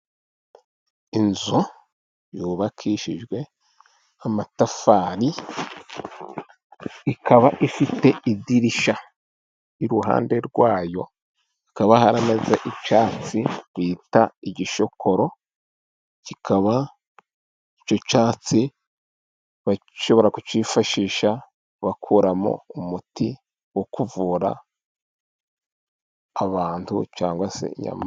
Inzu yubakishijwe amatafari, ikaba ifite idirishya, iruhande rwayo hakaba hameze icyatsi bita igishokoro, kikaba icyo cyatsi bashobora kucyifashisha, bakuramo umuti wo kuvura abantu cyangwa se inyamaswa.